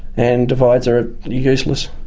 and divides are useless.